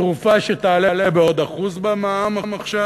תרופה שתעלה בעוד 1% במע"מ עכשיו,